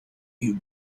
you